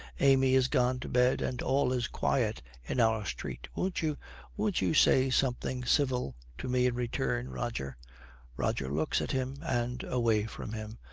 amy is gone to bed, and all is quiet in our street. won't you won't you say something civil to me in return, roger roger looks at him and away from him.